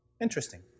Interesting